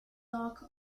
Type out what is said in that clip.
lock